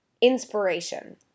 inspiration